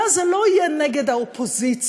ואז זה לא יהיה נגד האופוזיציה,